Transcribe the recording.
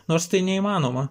nors tai neįmanoma